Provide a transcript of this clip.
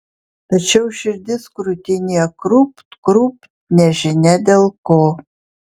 tačiau širdis krūtinėje krūpt krūpt nežinia dėl ko